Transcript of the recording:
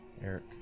Eric